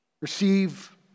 receive